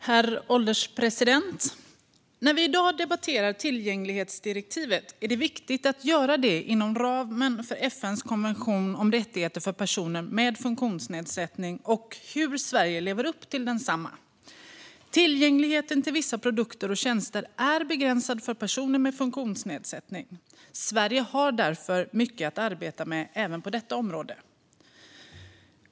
Herr ålderspresident! När vi i dag debatterar tillgänglighetsdirektivet är det viktigt att göra det inom ramen för FN:s konvention om rättigheter för personer med funktionsnedsättning och hur Sverige lever upp till densamma. Tillgängligheten till vissa produkter och tjänster är begränsad för personer med funktionsnedsättning. Sverige har därför mycket att arbeta med även på detta område.